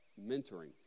mentoring